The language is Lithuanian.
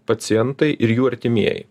pacientai ir jų artimieji